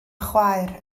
chwaer